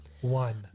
one